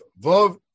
Vov